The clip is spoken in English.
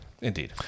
Indeed